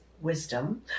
wisdom